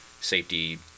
safety